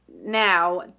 now